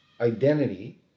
identity